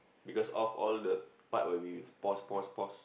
because off all the part where we pause pause pause